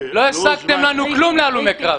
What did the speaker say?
לא השגתם כלום להלומי קרב.